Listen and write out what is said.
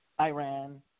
Iran